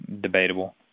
Debatable